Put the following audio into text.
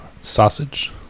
sausage